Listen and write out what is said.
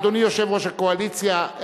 אדוני יושב-ראש הקואליציה,